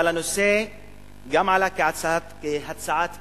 אבל הנושא גם עלה כהצעת אי-אמון.